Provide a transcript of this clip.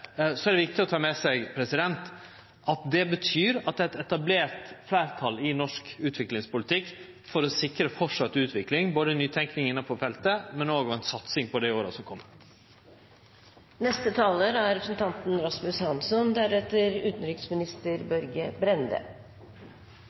det betyr at det er eit etablert fleirtal i norsk utviklingspolitikk for framleis å sikre utvikling, både nytenking innanfor feltet og også ved å ha ei satsing på det i åra som